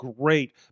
great